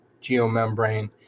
geomembrane